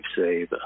save